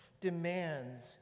demands